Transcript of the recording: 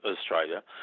Australia